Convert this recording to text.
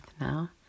now